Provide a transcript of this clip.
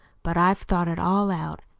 but i've thought it all out,